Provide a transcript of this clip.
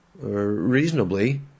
Reasonably